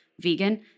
vegan